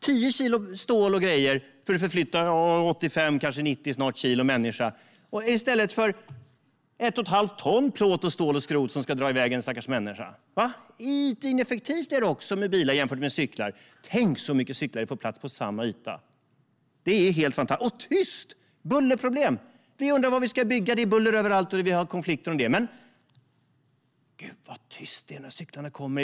10 kilo stål och grejer för att förflytta 85, kanske snart 90 kilo människa i stället för ett och ett halvt ton plåt, stål och skrot som ska dra i väg en stackars människa! Ytineffektivt är det också med bilar jämfört med cyklar. Tänk så mycket cyklar det får plats på samma yta! Och det är tyst! Inga bullerproblem! Vi undrar var vi ska bygga, för det är buller överallt och vi har konflikter om det. Men gud vad tyst det är när cyklarna kommer!